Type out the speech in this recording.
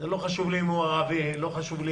לא חשוב לי אם הוא ערבי או יהודי,